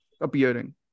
appearing